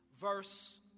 verse